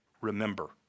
remember